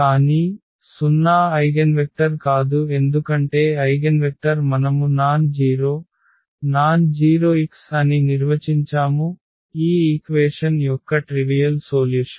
కానీ 0 ఐగెన్వెక్టర్ కాదు ఎందుకంటే ఐగెన్వెక్టర్ మనము non zero non zero x అని నిర్వచించాము ఈ ఈక్వేషన్ యొక్క ట్రివియల్ సోల్యుషన్